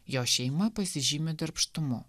jo šeima pasižymi darbštumu